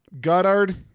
Goddard